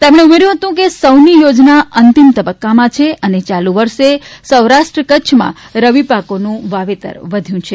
તેમણે ઉમેર્યું કે સૌની યોજના અંતિમ તબક્કામાં છે અને યાલુ વર્ષે સૌરાષ્ટ્ર કચ્છમાં રવિ પાકોનું વાવેતર વધ્યું છે